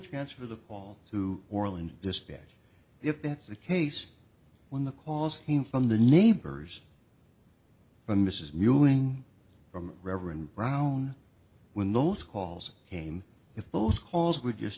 transfer the paul to orleans dispatch if that's the case when the cause came from the neighbors from mrs mewling from reverend brown when those calls came if those calls were just